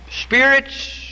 spirits